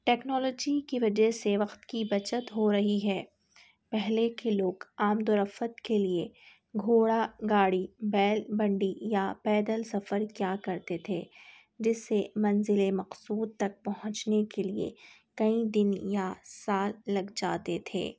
technology کی وجہ سے وقت کی بچت ہو رہی ہے پہلے کے لوگ آمد و رفت کے لئے گھوڑا گاڑی بیل بنڈی یا پیدل سفر کیا کرتے تھے جس سے منزل مقصود تک پہنچنے کے لئے کئی دن یا سال لگ جاتے تھے